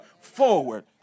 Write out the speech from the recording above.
forward